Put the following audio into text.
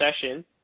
session